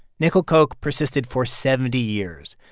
nickel coke persisted for seventy years,